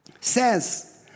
Says